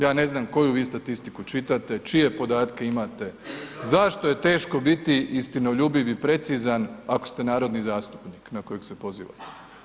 Ja ne znam koju vi statistiku čitate, čije podatke imate zašto je teško biti istinoljubiv i precizan ako ste narodni zastupnik na kojeg se pozivate.